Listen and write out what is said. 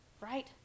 right